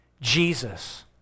Jesus